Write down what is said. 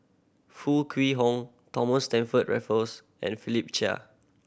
Foo Kwee Horng Thomas Stamford Raffles and Philip Chia